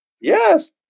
Yes